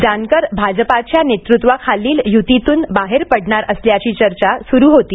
जानकर भाजपाच्या नेतृत्वाखालील यूतीतून बाहेर पडणार असल्याची चर्चा सुरू होती